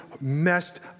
messed